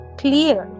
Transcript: clear